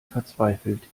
verzweifelt